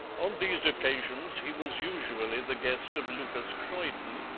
on these occasions he was usually the guest of lucas croyden,